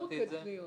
זה לא מוקד פניות.